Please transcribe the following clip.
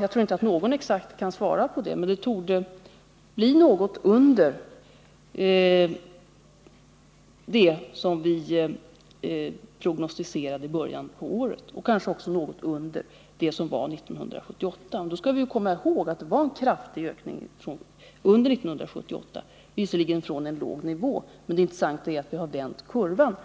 Jag tror inte att någon exakt kan svara på den frågan, men det torde bli något under det som vi prognostiserade i början på året och kanske något under bostadsbyggandet 1978. Men då skall vi komma ihåg att det var en kraftig ökning under 1978. Visserligen var det en ökning från en låg nivå, men det intressanta är att vi vänt kurvan